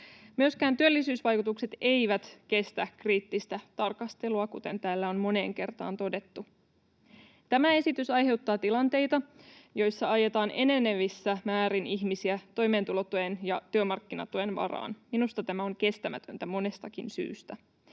Myöskään työllisyysvaikutukset eivät kestä kriittistä tarkastelua, kuten täällä on moneen kertaan todettu. Tämä esitys aiheuttaa tilanteita, joissa ajetaan enenevissä määrin ihmisiä toimeentulotuen ja työmarkkinatuen varaan. Minusta tämä on kestämätöntä monestakin syystä.